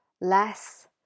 less